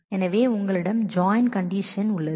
எனவே உங்களிடம் join condition Ɵ உள்ளது